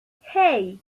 hey